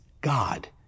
God